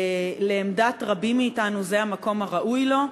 לעמדת רבים מאתנו זה המקום הראוי לו.